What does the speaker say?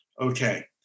Okay